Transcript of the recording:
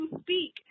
speak